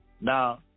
now